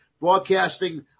broadcasting